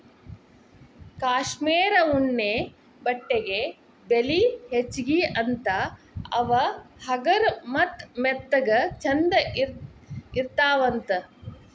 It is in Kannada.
ಕಾಶ್ಮೇರ ಉಣ್ಣೆ ಬಟ್ಟೆಗೆ ಬೆಲಿ ಹೆಚಗಿ ಅಂತಾ ಅವ ಹಗರ ಮತ್ತ ಮೆತ್ತಗ ಚಂದ ಇರತಾವಂತ